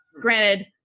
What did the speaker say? Granted